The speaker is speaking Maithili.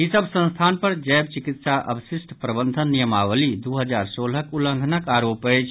ई सभ संस्थान पर जैव चिकित्सा अवशिष्ठ प्रबंधन नियमावली दू हजार सोलहक उल्लंघनक आरोप अछि